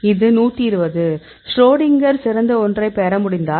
இது 120 ஷ்ரோடிங்கர் சிறந்த ஒன்றைப் பெற முடிந்தால்